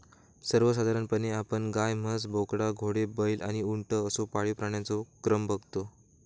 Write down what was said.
सर्वसाधारणपणे आपण गाय, म्हस, बोकडा, घोडो, बैल आणि उंट असो पाळीव प्राण्यांचो क्रम बगतो